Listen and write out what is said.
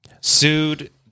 sued